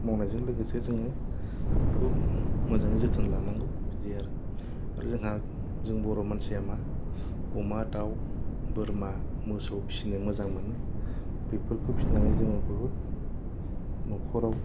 मावनाय जों लोगोसे जोङो बेखौ मोजाङै जोथोन लानांगौ बिदि आरो आरो जोंहा जों बर' मानसिया मा अमा दाव बोरमा मोसौ फिनो मोजां मोनो बेफोरखौ फिसिनानै जोंङो बुहुत न'खर आव